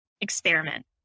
Experiment